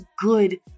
good